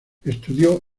estudió